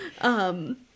Um-